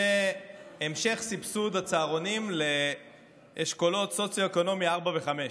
המשך סבסוד הצהרונים לאשכולות סוציו-אקונומי 4 ו-5.